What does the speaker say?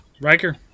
Riker